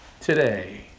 today